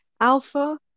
Alpha